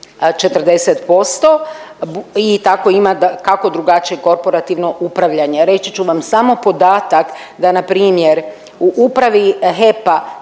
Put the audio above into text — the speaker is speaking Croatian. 40% i tako ima dakako drugačije korporativno upravljanje. Reći ću vam samo podatak da npr. u Upravi HEP-a